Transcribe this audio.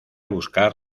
buscar